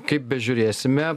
kaip bežiūrėsime